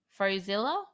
Frozilla